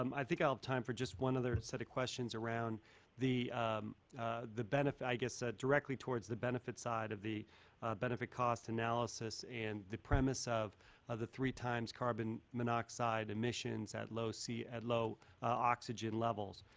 um i think i have time for just one other set of questions around the the benefit i guess directly towards the benefit side of the benefit cost analysis and the premise of of the three times carbon monoxide emissions at low c at low oxygen level.